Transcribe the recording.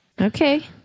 Okay